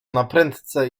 naprędce